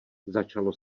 začalo